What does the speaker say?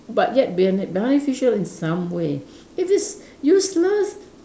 but yet bene~ beneficial in some way if it's useless